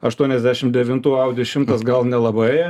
aštuoniasdešim devintų audi šimtas gal nelabai